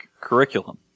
curriculum